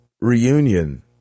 reunion